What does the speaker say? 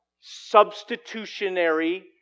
substitutionary